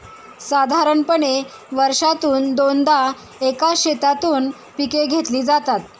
साधारणपणे वर्षातून दोनदा एकाच शेतातून पिके घेतली जातात